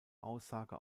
aussage